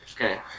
Okay